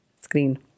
Screen